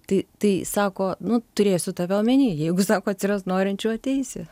tai tai sako nu turėsiu tave omeny jeigu sako atsiras norinčių ateisi